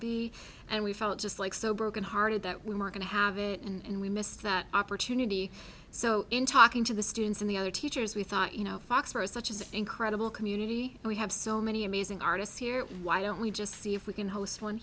be and we felt just like so broken hearted that we were going to have it and we missed that opportunity so in talking to the students and the other teachers we thought you know foxboro such as an incredible community we have so many amazing artists here why don't we just see if we can host one